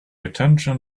attention